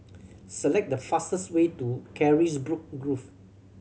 select the fastest way to Carisbrooke Grove